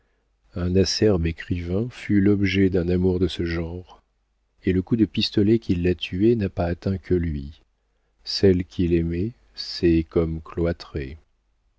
un acerbe écrivain fut l'objet d'un amour de ce genre et le coup de pistolet qui l'a tué n'a pas atteint que lui celle qu'il aimait s'est comme